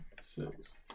six